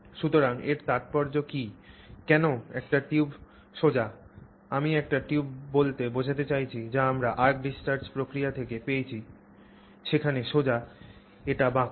সুতরাং এর তাৎপর্য কী কেন একটি টিউব সোজা আমি একটি টিউব বলতে বোঝাতে চাইছি যা আমরা arc discharge প্রক্রিয়া থেকে পেয়েছি সেখানে সোজা এটি বাঁকা